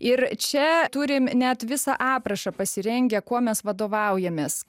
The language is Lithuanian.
ir čia turim net visą aprašą pasirengę kuo mes vadovaujamės